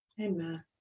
Amen